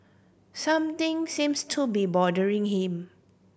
something seems to be bothering him